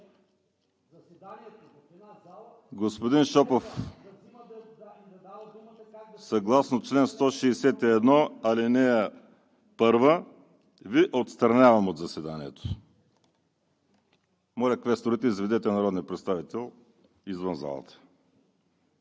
Господин Шопов, съгласно чл. 161, ал. 1 Ви отстранявам от заседанието. Моля, квесторите, изведете народния представител извън залата!